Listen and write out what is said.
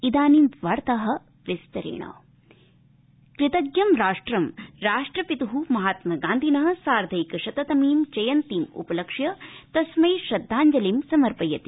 गान्धी जयन्ती कृतज्ञराष्ट्र राष्ट्रपितुर्महात्मगान्धिनः साधैंकशत तमीं जयन्तीम उपलक्ष्य तस्मै श्रद्धाव्जलिं समर्पयति